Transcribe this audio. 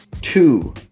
two